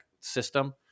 system